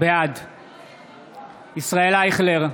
בעד ישראל אייכלר,